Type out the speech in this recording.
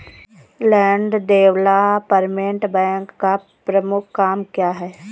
Land development bank का प्रमुख काम क्या है?